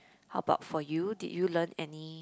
how about for you did you learn any